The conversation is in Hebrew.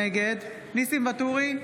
נגד ניסים ואטורי,